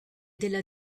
della